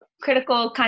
critical